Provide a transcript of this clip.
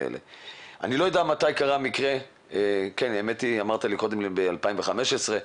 אני לא יודע מתי קרה מקרה אמרת קודם שזה קרה ב-2015.